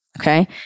okay